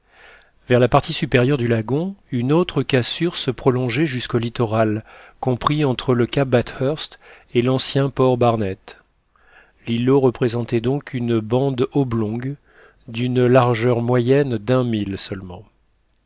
vers la partie supérieure du lagon une autre cassure se prolongeait jusqu'au littoral compris entre le cap bathurst et l'ancien port barnett l'îlot représentait donc une bande oblongue d'une largeur moyenne d'un mille seulement